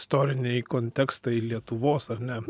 istoriniai kontekstai lietuvos ar ne